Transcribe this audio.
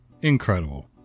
Incredible